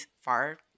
far –